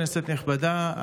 כנסת נכבדה,